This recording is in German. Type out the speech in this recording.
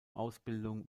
ausbildung